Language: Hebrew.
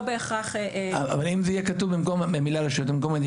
לא בהכרח --- אבל אם במקום המילה "רשויות מקומיות"